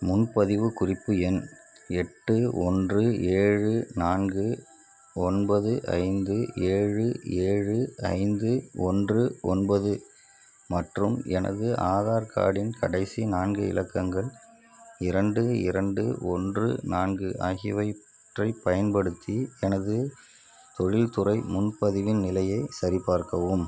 முன்பதிவு குறிப்பு எண் எட்டு ஒன்று ஏழு நான்கு ஒன்பது ஐந்து ஏழு ஏழு ஐந்து ஒன்று ஒன்பது மற்றும் எனது ஆதார் கார்டின் கடைசி நான்கு இலக்கங்கள் இரண்டு இரண்டு ஒன்று நான்கு ஆகியவற்றைப் பயன்படுத்தி எனது தொழில்துறை முன்பதிவின் நிலையை சரிபார்க்கவும்